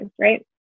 right